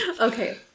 Okay